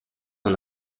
een